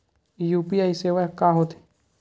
UPI सेवा का होथे?